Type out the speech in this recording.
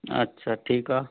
अछा ठीकु आहे